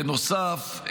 בנוסף,